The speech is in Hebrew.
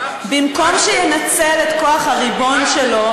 במקום שינצל את כוח הריבון שלו,